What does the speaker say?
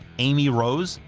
amy rose,